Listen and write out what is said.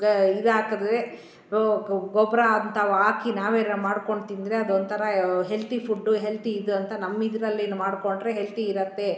ಗ ಇದಾಕಿದ್ರೆ ಗೊಬ್ಬರ ಅಂತವಾಕಿ ನಾವೇ ಮಾಡ್ಕೊಂಡು ತಿಂದರೆ ಅದೊಂಥರ ಹೆಲ್ತಿ ಫುಡ್ಡು ಹೆಲ್ತಿ ಇದಂಥ ನಮ್ಮಿದರಲ್ಲೇ ಮಾಡಿಕೊಂಡ್ರೆ ಹೆಲ್ತಿ ಇರುತ್ತೆ